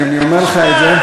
אני אומר לך את זה,